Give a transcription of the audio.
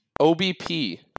OBP